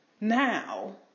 now